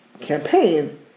campaign